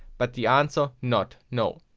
but the answer not no.